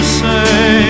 say